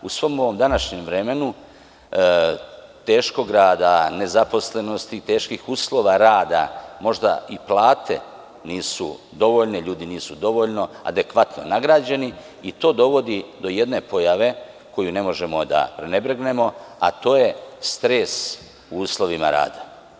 U svom ovom današnjem vremenu teškog rada, nezaposlenosti, teških uslova rada, možda i plate nisu dovoljne, ljudi nisu dovoljno i adekvatno nagrađeni i to dovodi do jedne pojave koju ne možemo da prenebregnemo, a to je stres u uslovima rada.